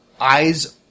eyes